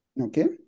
Okay